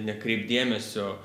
nekreipt dėmesio